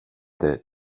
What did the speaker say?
det